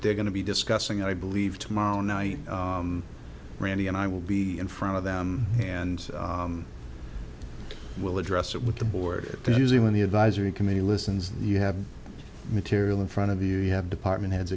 they're going to be discussing it i believe tomorrow night randy and i will be in front of them and we'll address that with the board there's even the advisory committee listens you have material in front of you you have department heads